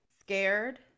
scared